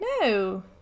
No